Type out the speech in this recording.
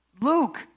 Luke